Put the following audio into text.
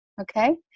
okay